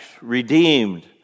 redeemed